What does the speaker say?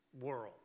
world